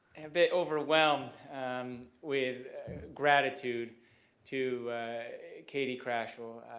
a bit overwhelmed with gratitude to katie kraschell,